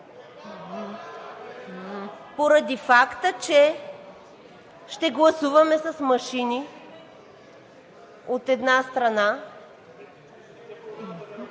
поради факта, че ще гласуваме с машини, от една страна…